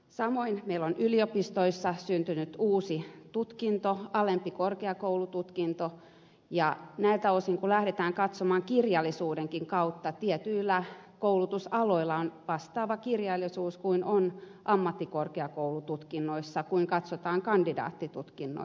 samoin meillä on yliopistoissa syntynyt uusi tutkinto alempi korkeakoulututkinto ja näiltä osin kun lähdetään katsomaan kirjallisuudenkin kautta tietyillä koulutusaloilla on vastaava kirjallisuus kuin on ammattikorkeakoulututkinnoissa jos katsotaan kandidaattitutkintoja